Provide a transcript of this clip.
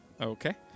Okay